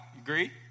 Agree